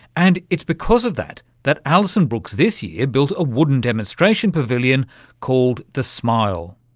and it's because of that that alison brooks this year built a wooden demonstration pavilion called the smile.